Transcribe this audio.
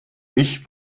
ich